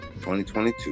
2022